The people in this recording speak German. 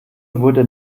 wurde